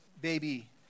baby